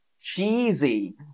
Cheesy